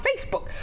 Facebook